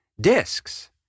discs